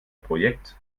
projekt